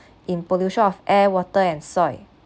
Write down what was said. in pollution of air water and soil